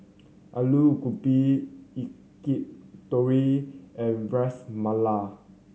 Alu Gobi Yakitori and Ras Malai